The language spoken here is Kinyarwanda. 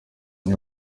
iyo